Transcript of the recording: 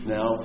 Now